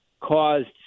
caused